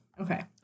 Okay